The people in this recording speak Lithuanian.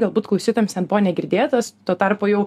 galbūt klaustojams ten buvo negirdėtas tuo tarpu jau